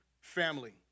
family